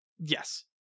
Yes